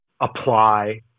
apply